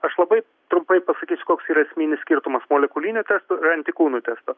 aš labai trumpai pasakysiu koks yra esminis skirtumas molekulinių testų ir antikūnų testo